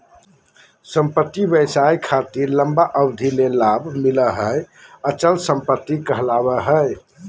संपत्ति व्यवसाय खातिर लंबा अवधि ले लाभ मिलो हय अचल संपत्ति कहलावय हय